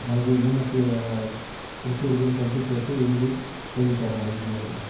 அவருக்கு என்னென்ன பிடிச்சிருக்குனு சொல்லிட்டு கேட்டு விரும்பி செஞ்சு தருவேன்